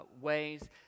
ways